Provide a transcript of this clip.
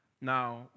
Now